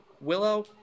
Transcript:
Willow